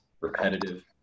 repetitive